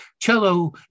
Cello